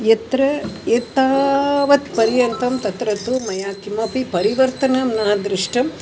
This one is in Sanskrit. यत्र एतावत् पर्यन्तं तत्र तु मया किमपि परिवर्तनं न दृष्टम्